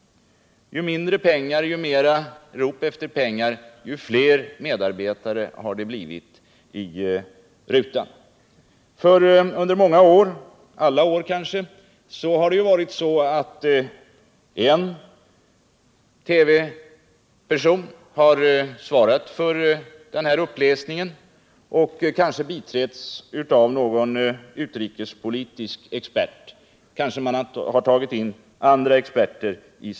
Ju flera ropen efter pengar blir, desto fler blir medarbetarna i TV-rutan. Under många år har det varit så att endast en TV-medarbetare svarat för nyhetsuppläsningen. Vederbörande har kanske biträtts av någon utrikespolitisk eller annan expert.